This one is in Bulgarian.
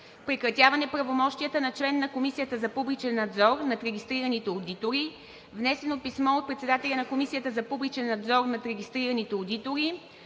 Прекратяване правомощията на член на Комисията за публичен надзор над регистрираните одитори. Внесено писмо от председателя на Комисията за публичен надзор над регистрираните одитори